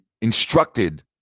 instructed